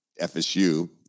fsu